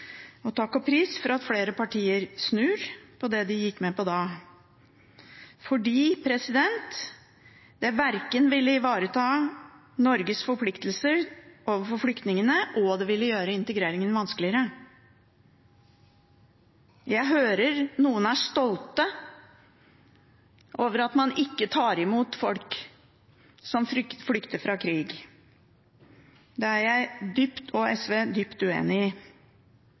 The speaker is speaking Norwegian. takk og pris for at flere partier snur i forhold til det de gikk med på da. Det ville ikke ivaretatt Norges forpliktelser overfor flyktningene, og det ville gjøre integreringen vanskeligere. Jeg hører noen er stolte over at man ikke tar imot folk som flykter fra krig. Det er jeg – og SV – dypt uenig i.